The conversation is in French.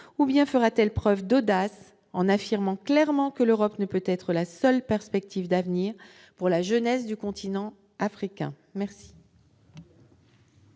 ou bien fera-t-elle preuve d'audace en affirmant clairement que l'Europe ne peut être la seule perspective d'avenir pour la jeunesse du continent africain ? La